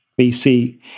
BC